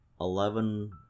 Eleven